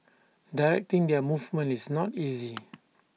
directing their movement is not easy